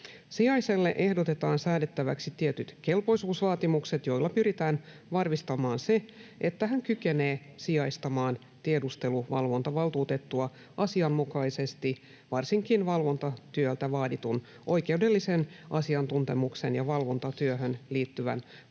Sijaiselle ehdotetaan säädettäväksi tietyt kelpoisuusvaatimukset, joilla pyritään varmistamaan se, että hän kykenee sijaistamaan tiedusteluvalvontavaltuutettua asianmukaisesti varsinkin valvontatyöltä vaaditun oikeudellisen asiantuntemuksen ja valvontatyöhön liittyvän kokemuksen